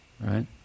right